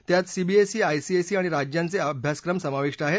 त्यात CBSE ICSE आणि राज्यांचे अभ्यासक्रम समाविष्ट आहेत